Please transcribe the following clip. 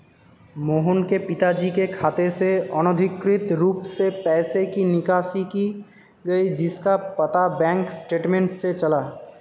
मोहन के पिताजी के खाते से अनधिकृत रूप से पैसे की निकासी की गई जिसका पता बैंक स्टेटमेंट्स से चला